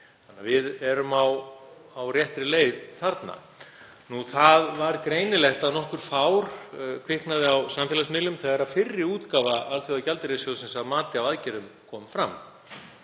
við erum á réttri leið þar. Það var greinilegt að nokkurt fár kviknaði á samfélagsmiðlum þegar fyrri útgáfa Alþjóðagjaldeyrissjóðsins á mati á aðgerðum kom fram.